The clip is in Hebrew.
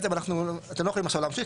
אתם לא יכולים להמשיך,